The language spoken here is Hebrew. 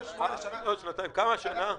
עוד מעט שנה.